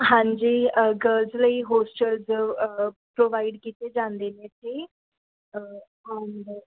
ਹਾਂਜੀ ਗਰਲਜ ਲਈ hostels provide ਕੀਤੇ ਜਾਂਦੇ ਨੇ ਜੀ ਐਂਡ